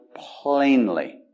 plainly